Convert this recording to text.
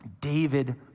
David